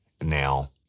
Now